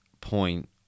point